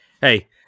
Hey